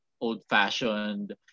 old-fashioned